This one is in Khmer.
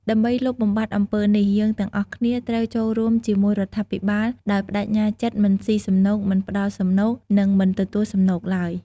ដើម្បីលុបបំបាត់អំពើនេះ យើងទាំងអស់គ្នាត្រូវចូលរួមជាមួយរដ្ឋាភិបាល ដោយប្ដេជ្ញាចិត្តមិនស៊ីសំណូក មិនផ្ដល់សំណូក និងមិនទទួលសំណូកឡើយ។